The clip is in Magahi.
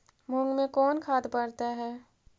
मुंग मे कोन खाद पड़तै है?